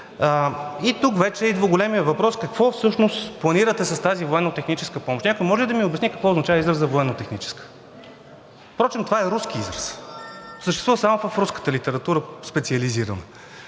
И тук вече идва големият въпрос: какво всъщност планирате с тази военнотехническа помощ? Някой може ли да ми обясни какво означава израза военнотехническа? Впрочем, това е руски израз. Военнотехническа съществува само в руската специализирана